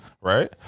right